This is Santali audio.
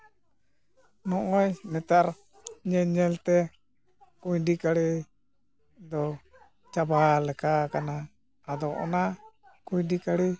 ᱱᱚᱜᱼᱚᱭ ᱱᱮᱛᱟᱨ ᱧᱮᱞᱼᱧᱮᱞᱛᱮ ᱠᱩᱸᱭᱰᱤ ᱠᱟᱲᱮ ᱫᱚ ᱪᱟᱵᱟᱞᱮᱠᱟᱣ ᱠᱟᱱᱟ ᱟᱫᱚ ᱚᱱᱟ ᱠᱩᱸᱭᱰᱤ ᱠᱟᱲᱮ